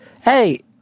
hey